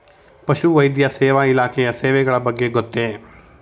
ಪಶುವೈದ್ಯ ಸೇವಾ ಇಲಾಖೆಯ ಸೇವೆಗಳ ಬಗ್ಗೆ ಗೊತ್ತೇ?